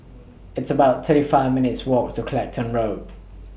It's about thirty five minutes' Walk to Clacton Road